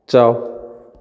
ꯆꯥꯎ